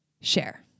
share